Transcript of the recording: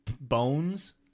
bones